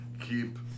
keep